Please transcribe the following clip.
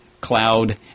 cloud